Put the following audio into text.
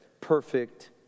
perfect